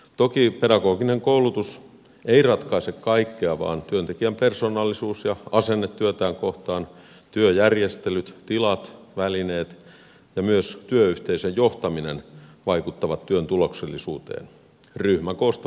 toki pedagoginen koulutus ei ratkaise kaikkea vaan työntekijän persoonallisuus ja asenne työtään kohtaan työjärjestelyt tilat välineet ja myös työyhteisön johtaminen vaikuttavat työn tuloksellisuuteen ryhmäkoosta puhumattakaan